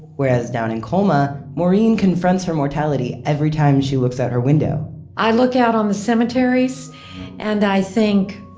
whereas down in colma, maureen confronts her mortality every time she looks out her window i look out on the cemeteries and i think,